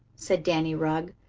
said danny rugg,